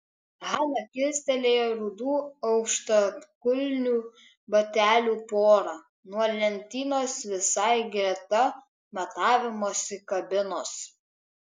hana kilstelėjo rudų aukštakulnių batelių porą nuo lentynos visai greta matavimosi kabinos